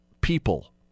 people